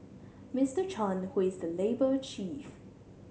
Mister Chan who is the labour chief